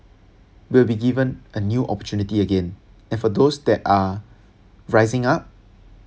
will be given a new opportunity again and for those that are rising up